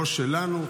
לא שלנו,